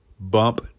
Bump